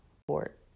support